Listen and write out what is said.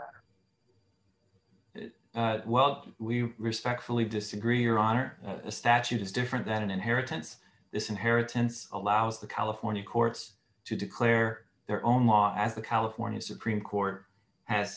it's well we respectfully disagree your honor statute is different than inheritance this inheritance allows the california courts to declare their own law as the california supreme court has